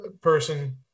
person